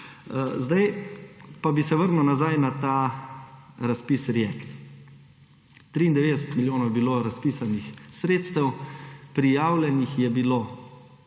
Zdaj pa bi se vrnil nazaj na ta razpis React. 93 milijonov je bilo razpisanih sredstev, prijavljenih